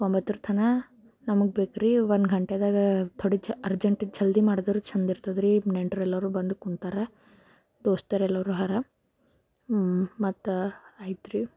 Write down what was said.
ಒಂಬತ್ತರ ತನ ನಮ್ಗೆ ಬೇಕುರಿ ಒಂದು ಗಂಟೆದಾಗ ಥೊಡಿ ಅರ್ಜೆಂಟ್ ಜಲ್ದಿ ಮಾಡಿದರೆ ಚೆಂದಿರ್ತದೆರಿ ನೆಂಟರೆಲ್ಲರು ಬಂದು ಕೂತಾರೆ ದೋಸ್ತರೆಲ್ಲರು ಹರ ಹ್ಞೂಂ ಮತ್ತೆ ಆಯ್ತು ರಿ